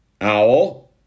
Owl